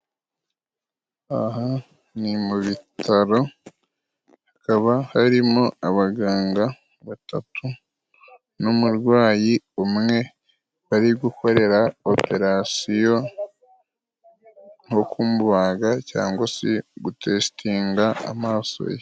Aha ni mu bitaro hakaba harimo abaganga batatu n'umurwayi umwe bari gukorera operasiyo, nko kumubaga cyangwa se gutesitinga amaso ye.